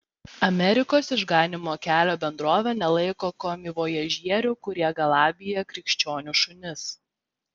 amerikos išganymo kelio bendrovė nelaiko komivojažierių kurie galabija krikščionių šunis